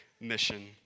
mission